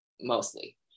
mostly